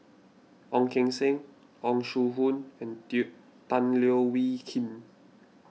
Ong Keng Sen Yong Shu Hoong and Tan Leo Wee Hin